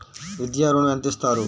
విద్యా ఋణం ఎంత ఇస్తారు?